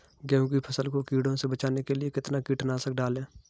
गेहूँ की फसल को कीड़ों से बचाने के लिए कितना कीटनाशक डालें?